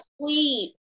sleep